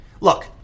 Look